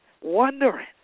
wondering